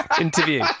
interview